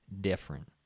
different